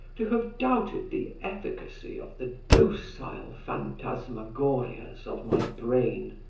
to have doubted the efficacy of the docile phantasmagories of my brain,